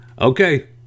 okay